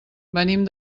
venim